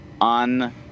on